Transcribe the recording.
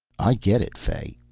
i get it, fay,